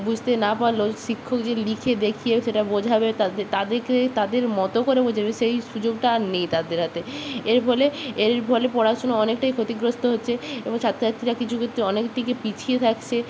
বুঝতে না পারলেও শিক্ষক যে লিখে দেখিয়েও সেটা বোঝাবে তাদে তাদেরকে তাদের মতো করে বোঝাবে সেই সুযোগটা আর নেই তাদের হাতে এর ফলে এর ফলে পড়াশুনো অনেকটাই ক্ষতিগ্রস্ত হচ্ছে এবং ছাত্র ছাত্রীরা কিছু ক্ষেত্রে অনেক দিকে পিছিয়ে থাকছে